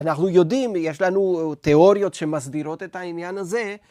‫אנחנו יודעים, יש לנו תיאוריות ‫שמסבירות את העניין הזה.